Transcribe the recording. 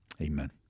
Amen